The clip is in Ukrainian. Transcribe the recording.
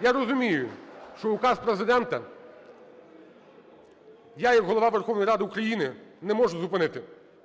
Я розумію, що указ Президента я як Голова Верховної Ради України не можу зупинити,